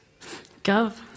Gov